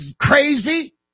crazy